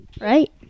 Right